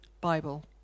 Bible